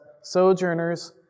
sojourners